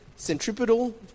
Centripetal